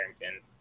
Harrington